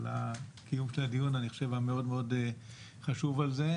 על קיום הדיון המאוד-מאוד חשוב הזה,